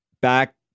Back